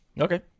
okay